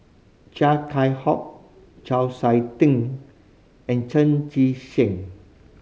Chia Keng Hock Chau Sik Ting and Chan Chee Seng